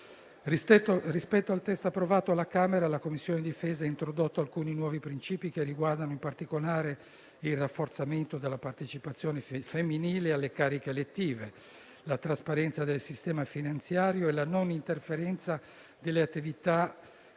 Rispetto al testo approvato alla Camera, la Commissione difesa ha introdotto alcuni nuovi principi che riguardano in particolare il rafforzamento della partecipazione femminile alle cariche elettive, la trasparenza del sistema finanziario e la non interferenza delle attività